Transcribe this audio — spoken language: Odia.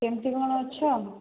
କେମିତି କ'ଣ ଅଛ